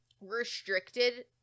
restricted